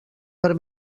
per